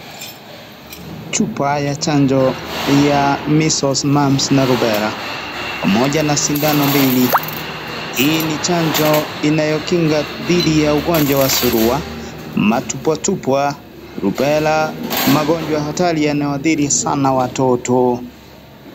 Chupa ya chanjo ya Measles, Mumps na Rubella pamoja na sindano mbili. Hii ni chanjo inayo kinga dhidi ya ugonja wa surua ama tupwatupwa, (CS)Rubella(CS) magonjwa hatari yanayodhiri sana watoto.